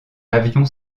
avion